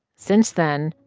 since then,